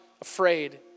afraid